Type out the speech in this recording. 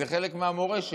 זה חלק מהמורשת.